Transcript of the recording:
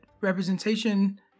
representation